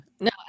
No